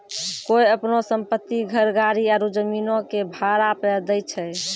कोय अपनो सम्पति, घर, गाड़ी आरु जमीनो के भाड़ा पे दै छै?